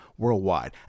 worldwide